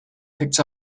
picked